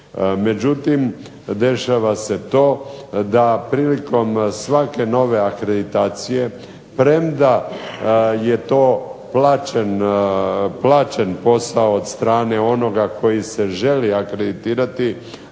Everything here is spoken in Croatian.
Međutim, dešava se to da prilikom svake nove akreditacije premda je to plaćen posao od strane onoga koji se želi akreditirati